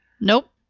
nope